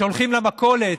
שהולכים למכולת,